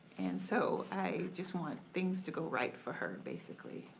and so i just want things to go right for her basically.